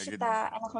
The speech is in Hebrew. יש את שיתוף הפעולה.